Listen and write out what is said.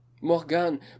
Morgan